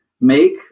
make